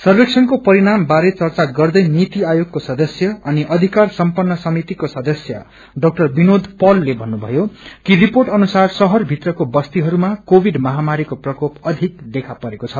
सर्वेक्षणको पिरणाम बारे चर्चा गर्दै नाति आयोगको सदस्य अनि अधिकार सम्पन्न समितिको सदस्य इ विनोद पालले भन्नुभ्यो कि रिर्पेाट अनुसारशहर भित्रको वस्तीहरूमा कोविड महामारीको प्रकोप अधिक देखा परेको छ